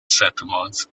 settlements